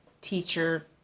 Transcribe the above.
teacher